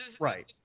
Right